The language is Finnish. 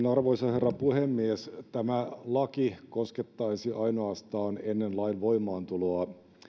arvoisa herra puhemies tämä laki koskettaisi ainoastaan ennen lain voimaantuloa